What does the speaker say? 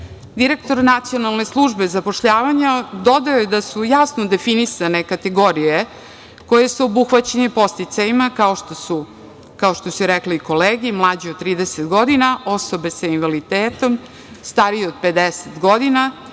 Nacionalne službe zapošljavanja dodao je da su jasno definisane kategorije koje su obuhvaćene podsticajima, kao što su rekle i kolege - mlađe od 30 godine, osobe sa invaliditetom, starije od 50 godina,